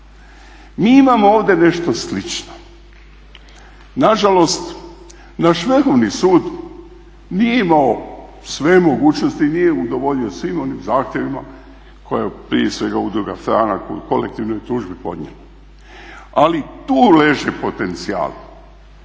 Mi imamo ovdje nešto slično. Nažalost, naš Vrhovni sud nije imao sve mogućnosti, nije udovoljio svim onim zahtjevima koje prije svega Udruga "Franak" u kolektivnoj tuži podnijela. Ali tu leži potencijal.